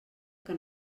que